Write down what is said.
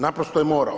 Naprosto je morao.